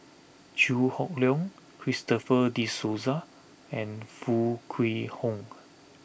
Chew Hock Leong Christopher De Souza and Foo Kwee Horng